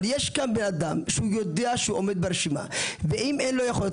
אבל יש כאן בנאדם שהוא יודע שהוא עומד ברשימה ואם אין לו יכולת,